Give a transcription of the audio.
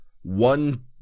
one